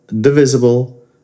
divisible